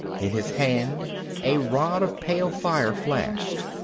in his hand a rod of pale fire flashed.